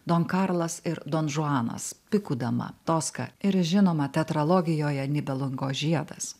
don karlas ir donžuanas pikų dama toska ir žinoma tetralogijoje nibelungo žiedas